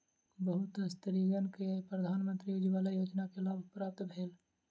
बहुत स्त्रीगण के प्रधानमंत्री उज्ज्वला योजना के लाभ प्राप्त भेल